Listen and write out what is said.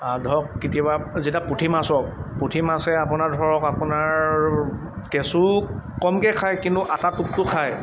ধৰক কেতিয়াবা যেতিয়া পুঠি মাছ হওক পুঠি মাছে আপোনাৰ ধৰক আপোনাৰ কেঁচু কমকৈ খায় কিন্তু আটা টোপটো খায়